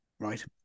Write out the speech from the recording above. Right